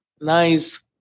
nice